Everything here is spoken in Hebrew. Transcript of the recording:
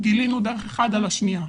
גילינו דרך אחד על השנייה.